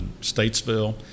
Statesville